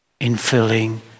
infilling